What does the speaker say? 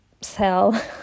sell